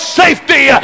safety